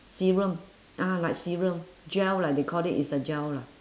serum ah like serum gel lah they called it it's a gel lah